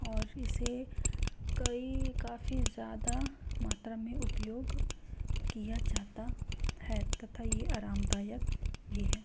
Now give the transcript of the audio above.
और इसे कई काफ़ी ज़्यादा मात्रा में उपयोग किया जाता है तथा ये आरामदायक भी है